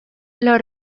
los